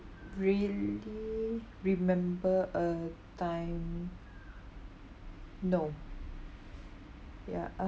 really remember a time no ya uh